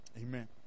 Amen